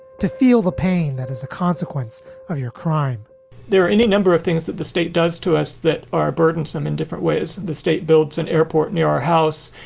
to feel the pain that is a consequence of your crime there are any number of things that the state does to us that are burdensome in different ways. the state builds an airport near our house.